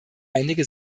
einige